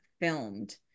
filmed